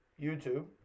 YouTube